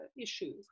Issues